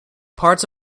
parts